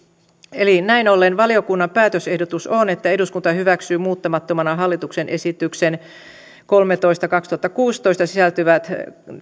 eli näin ollen valiokunnan päätösehdotus on että eduskunta hyväksyy muuttamattomana hallituksen esitykseen kolmetoista kautta kaksituhattakuusitoista sisältyvät